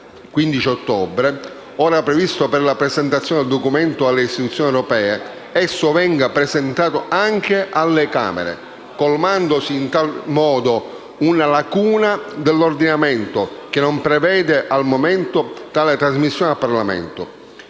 (15 ottobre), ora previsto per la presentazione del Documento alle istituzioni europee, esso venga presentato anche alle Camere, colmandosi in tal modo una lacuna dell'ordinamento che non prevede, al momento, tale trasmissione al Parlamento.